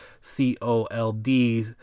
C-O-L-D